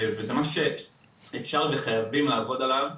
וזה משהו שאפשר וחייבים לעבוד עליו.